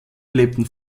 lebten